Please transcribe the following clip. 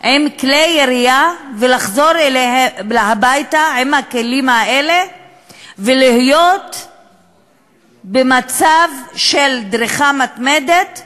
עם כלי ירייה ולחזור הביתה עם הכלים האלה ולהיות במצב של דריכה מתמדת,